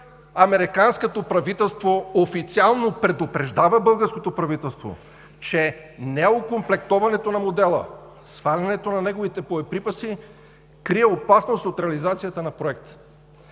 Американското правителство официално предупреждава българското правителство, че неокомплектоването на модела, свалянето на неговите боеприпаси крие опасност за реализацията на проекта.